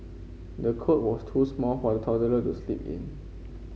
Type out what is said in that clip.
the cot was too small for the toddler to sleep in